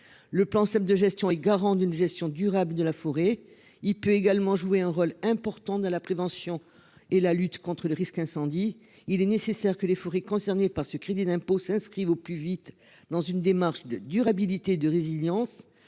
Le plan celle de gestion et garant d'une gestion durable de la forêt. Il peut également jouer un rôle important dans la prévention et la lutte contre le risque incendie, il est nécessaire que les forêts concernées par ce crédit d'impôt s'inscrivent au plus vite dans une démarche de durabilité de résilience